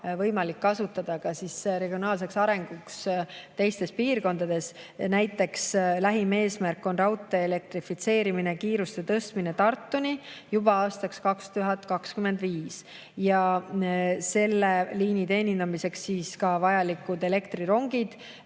võimalik kasutada ka regionaalseks arenguks teistes piirkondades. Näiteks lähim eesmärk on raudtee elektrifitseerimine, kiiruste tõstmine Tartuni juba aastaks 2025 ja selle liini teenindamiseks vajalikud elektrirongid,